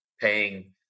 paying